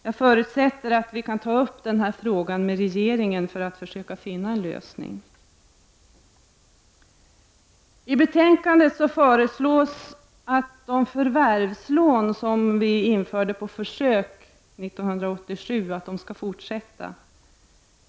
Jag förutsätter att vi kan ta upp denna fråga med regeringen för att försöka finna en lösning. I betänkandet föreslås att de förvärvslån som infördes på försök 1987 skall få finnas kvar.